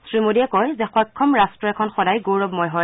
শ্ৰীমোদীয়ে কয় যে সক্ষম ৰাষ্ট এখন সদাই গৌৰৱময় হয়